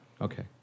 okay